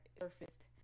surfaced